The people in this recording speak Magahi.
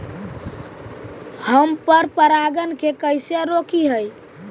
हम पर परागण के कैसे रोकिअई?